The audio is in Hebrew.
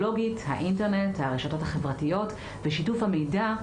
(הקרנת סרטון) גם עולם הלמידה משתנה,